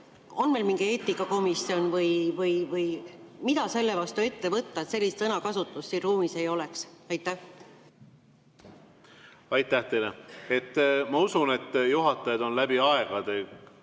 On meil mingi eetikakomisjon või mida selle vastu ette võtta, et sellist sõnakasutust siin ruumis ei oleks? Aitäh teile! Ma usun, et juhatajad on läbi aegade